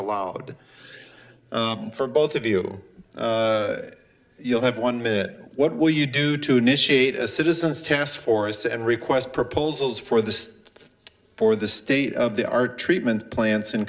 allowed for both of you you'll have one minute what will you do to initiate a citizens task force and request proposals for this for the state of the art treatment plants